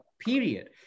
period